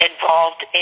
involved